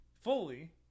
fully